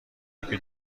یکی